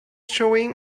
showing